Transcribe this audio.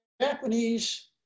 Japanese